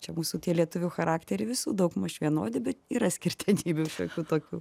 čia mūsų lietuvių charakterį visų daugmaž vienodi bet yra skirtenybių šiokių tokių